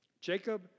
Jacob